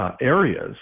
areas